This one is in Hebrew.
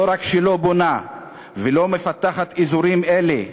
לא רק שהיא לא בונה ולא מפתחת אזורים אלה,